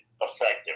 effective